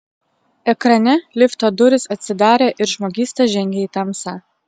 ekrane lifto durys atsidarė ir žmogysta žengė į tamsą